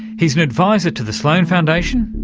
he's an advisor to the sloan foundation.